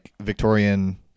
Victorian